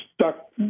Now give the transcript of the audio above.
stuck